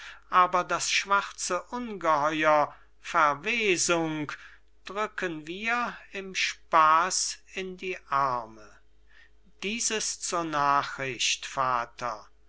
aber das schwarze ungeheuer verwesung drücken wir im spaß in die arme dieses zur nachricht vater